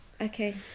Okay